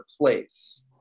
place